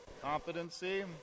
competency